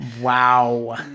Wow